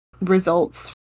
results